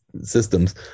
systems